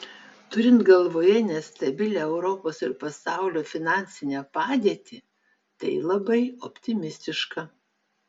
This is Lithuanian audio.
turint galvoje nestabilią europos ir pasaulio finansinę padėtį tai labai optimistiška